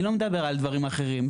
אני לא מדבר על דברים אחרים.